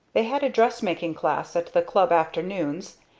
they had a dressmaking class at the club afternoons,